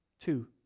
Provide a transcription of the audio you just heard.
Two